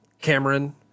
Cameron